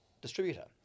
distributor